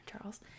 Charles